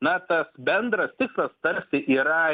na tas bendras tikslas tarsi yra